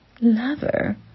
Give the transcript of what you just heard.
Lover